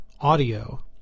audio